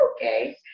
okay